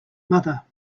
mother